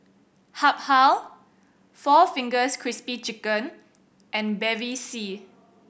Habhal four Fingers Crispy Chicken and Bevy C